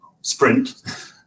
Sprint